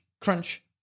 crunch